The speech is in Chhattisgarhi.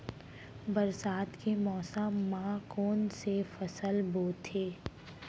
बरसात के मौसम मा कोन से फसल बोथे?